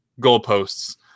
goalposts